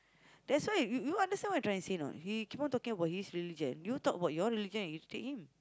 that's why you you understand what I'm trying to say or not you keep on talking about his religion did you talk about your religion when you stead him